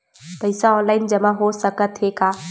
पईसा ऑनलाइन जमा हो साकत हे का?